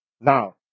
now